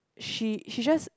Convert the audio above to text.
she she just